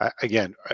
again